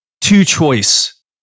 two-choice